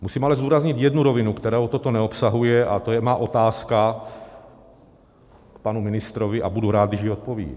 Musím ale zdůraznit jednu rovinu, kterou toto neobsahuje, a to je moje otázka panu ministrovi a budu rád, když ji zodpoví.